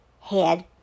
head